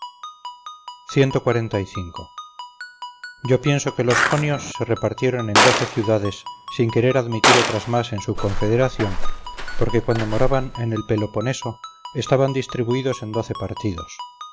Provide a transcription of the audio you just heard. yo pienso que los jonios se repartieron en doce ciudades sin querer admitir otras más en su confederación porque cuando moraban en el peloponeso estaban distribuidos en doce partidos